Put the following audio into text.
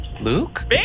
Luke